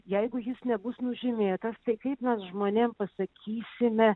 jeigu jis nebus nužymėtas tai kaip mes žmonėm pasakysime